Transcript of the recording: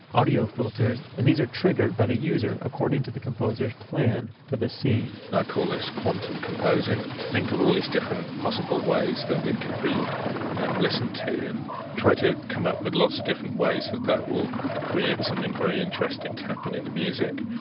audio filters, and these are triggered by the user according to the composer's plan for the scene i call this quantum composing i think of all these different possible ways that they could be um listened to and try to come up with lots of different ways that that will create something very interesting to happen in the music.